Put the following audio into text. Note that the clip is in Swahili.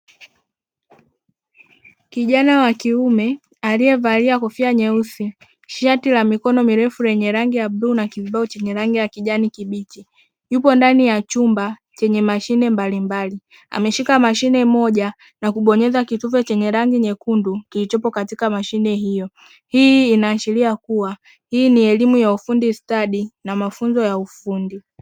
Kijana wa kiume aliyevalia kofia nyeusi, shati la mikono mirefu lenye rangi ya bluu na kizibao chenye rangi ya kijani kibichi, yupo ndani ya chumba chenye mashine mbalimbali ameshika mashine moja na kubonyeza kitufe chenye rangi nyekundu kilichopo katika mashine hiyo, hii inaashiria kuwa hii ni elimu ya ufundi stadi na mafunzo ya ufundi.